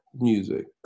music